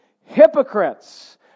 hypocrites